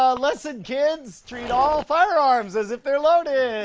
ah lesson kids. treat all firearms as if they're loaded!